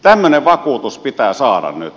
tämmöinen vakuutus pitää saada nyt